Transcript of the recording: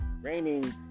raining